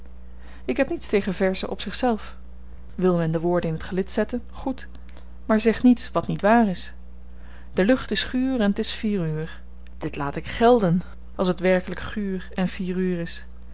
ik heb niets tegen verzen op zichzelf wil men de woorden in gelid t zetten goed maar zeg niets wat niet waar is de lucht is guur en t is vier uur dit laat ik gelden als het werkelijk guur en vier uur is